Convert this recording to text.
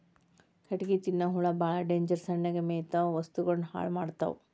ಕಟಗಿ ತಿನ್ನು ಹುಳಾ ಬಾಳ ಡೇಂಜರ್ ಸಣ್ಣಗ ಮೇಯತಾವ ವಸ್ತುಗಳನ್ನ ಹಾಳ ಮಾಡತಾವ